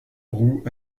roux